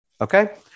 Okay